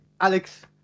Alex